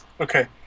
okay